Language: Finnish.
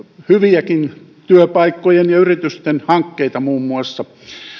hyviäkin työpaikkojen ja yritysten hankkeita muun muassa